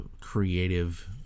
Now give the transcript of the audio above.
creative